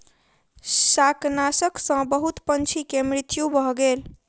शाकनाशक सॅ बहुत पंछी के मृत्यु भ गेल